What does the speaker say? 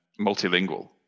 multilingual